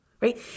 Right